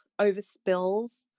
overspills